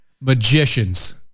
magicians